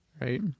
right